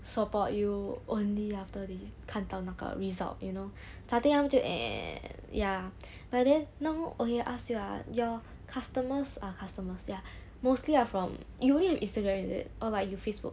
support you only after they 看到那个 result you know starting 他们就 ah ya but then now okay ask you ah your customers are customers they are mostly are from you only have instagram is it or like you facebook